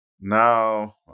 Now